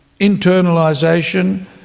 internalization